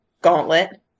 gauntlet